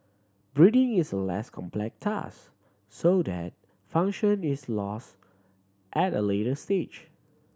breathing is a less complex task so that function is lost at a later stage